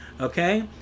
okay